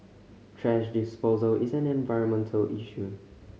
thrash disposal is an environmental issue